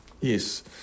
Yes